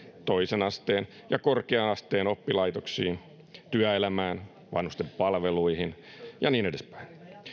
toisen asteen ja korkea asteen oppilaitoksiin työelämään vanhustenpalveluihin ja niin edespäin